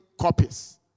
copies